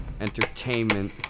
entertainment